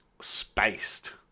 spaced